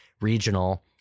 regional